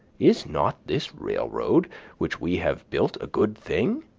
is not this railroad which we have built a good thing?